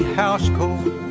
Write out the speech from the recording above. house-cold